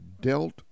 dealt